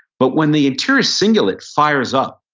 but when the interior cingulate fires up,